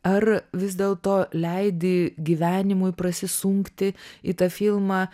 ar vis dėlto leidi gyvenimui prasisunkti į tą filmą